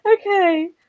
Okay